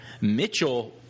Mitchell